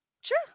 Sure